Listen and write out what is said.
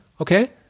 Okay